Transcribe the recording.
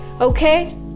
okay